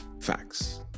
Facts